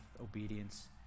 obedience